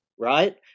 right